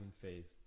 faced